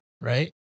Right